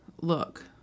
look